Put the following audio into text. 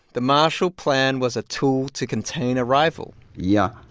the marshall plan was a tool to contain a rival yeah.